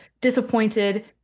disappointed